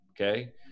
Okay